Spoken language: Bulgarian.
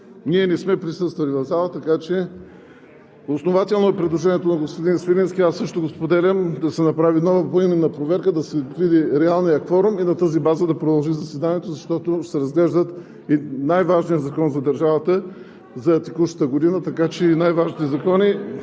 Ние не сме присъствали в залата, така че основателно е предложението на господин Свиленски, аз също го споделям – да се направи нова поименна проверка и да се види реалният кворум и на тази база да продължи заседанието, защото ще се разглежда най-важният закон на държавата за текущата година. Така че най-важните закони